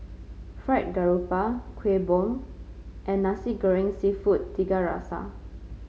Fried Garoupa Kueh Bom and Nasi Goreng seafood Tiga Rasa